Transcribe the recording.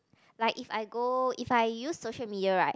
like if I go if I use social media right